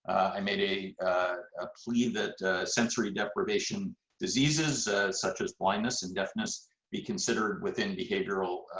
i made a ah ah plea that sensory deprivation diseases such as blindness, and deafness be considered within behavioral